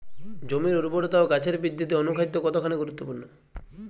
জমির উর্বরতা ও গাছের বৃদ্ধিতে অনুখাদ্য কতখানি গুরুত্বপূর্ণ?